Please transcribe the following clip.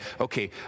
okay